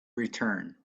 return